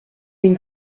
une